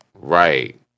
right